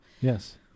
Yes